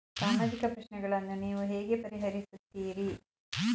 ಸಾಮಾಜಿಕ ಪ್ರಶ್ನೆಗಳನ್ನು ನೀವು ಹೇಗೆ ಪರಿಹರಿಸುತ್ತೀರಿ?